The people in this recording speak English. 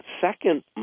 second